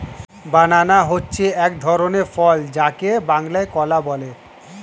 banana হচ্ছে এক ধরনের ফল যাকে বাংলায় কলা বলে